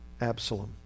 Absalom